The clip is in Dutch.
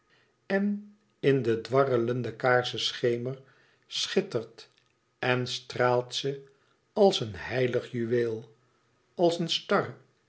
en in den dwarrelenden kaarsenschemer schittert en straalt ze e ids aargang een heilig juweel als een star